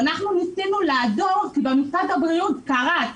ניסינו לעזור כי במשרד הבריאות השירות קרס.